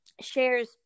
shares